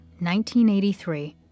1983